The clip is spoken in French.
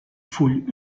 foule